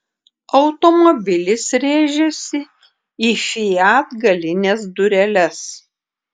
automobilis rėžėsi į fiat galines dureles